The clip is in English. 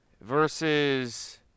versus